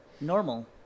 normal